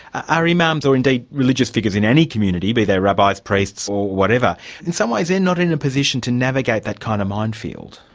ah are imams or indeed religious figures in any community, be they rabbis, priests, or whatever in some ways they're not in a position to navigate that kind of minefield.